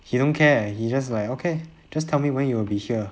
he don't care he just like okay just tell me when you'll be here